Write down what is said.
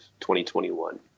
2021